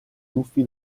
tuffi